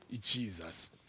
Jesus